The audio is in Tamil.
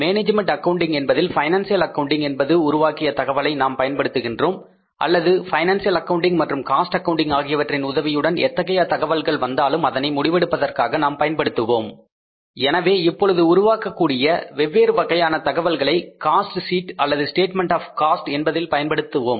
மேனேஜ்மென்ட் அக்கவுண்டிங் என்பதில் பைனான்சியல் அக்கவுண்டிங் என்பது உருவாக்கிய தகவலை நாம் பயன்படுத்துகின்றோம் அல்லது பைனான்சியல் அக்கவுன்டிங் மற்றும் காஸ்ட் அக்கவுண்டிங் ஆகியவற்றின் உதவியுடன் எத்தகைய தகவல்கள் வந்தாலும் அதனை முடிவெடுப்பதற்காக நாம் பயன்படுத்துவோம் எனவே இப்பொழுது உருவாக்கக்கூடிய வெவ்வேறு வகையான தகவல்களை காஸ்ட் ஷீட் அல்லது ஸ்டேட்மெண்ட் ஆப் காஸ்ட் என்பதில் பயன்படுத்துவோம்